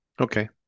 Okay